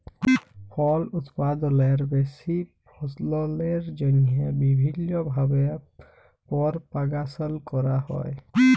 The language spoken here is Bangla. ফল উৎপাদলের বেশি ফললের জ্যনহে বিভিল্ল্য ভাবে পরপাগাশল ক্যরা হ্যয়